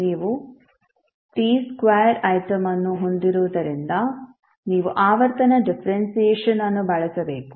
ನೀವು t square item ಅನ್ನು ಹೊಂದಿರುವುದರಿಂದ ನೀವು ಆವರ್ತನ ಡಿಫರೆನ್ಸಿಯೇಶನ್ಅನ್ನು ಬಳಸಬೇಕು